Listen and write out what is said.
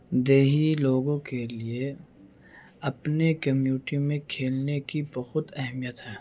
دیہی لوگوں کے لیے اپنے کمیوٹی میں کھیلنے کی بہت اہمیت ہے